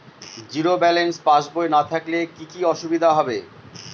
Zero balance পাসবই না থাকলে কি কী অসুবিধা হবে?